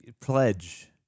pledge